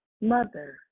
mother